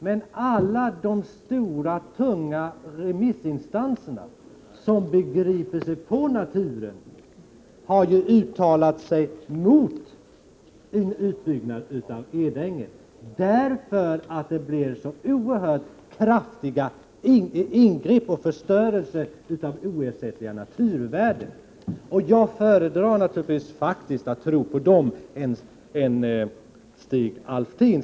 Men alla de stora tunga remissinstanserna, som begriper sig på naturen, har uttalat sig emot en utbyggnad av Edänge, därför att det blir så oerhört kraftiga ingrepp och så stor förstöring av oersättliga naturvärden. Jag föredrar faktiskt att tro mer på dessa instanser än på Stig Alftin.